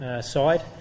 side